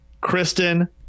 Kristen